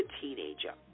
teenager